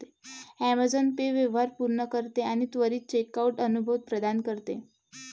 Amazon Pay व्यवहार पूर्ण करते आणि त्वरित चेकआउट अनुभव प्रदान करते